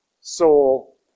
soul